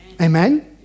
Amen